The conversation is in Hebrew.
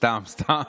סתם, סתם.